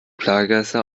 plagegeister